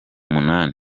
munani